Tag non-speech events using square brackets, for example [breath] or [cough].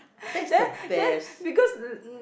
[breath] then then because [noise]